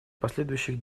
последующих